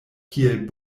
kiel